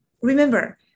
remember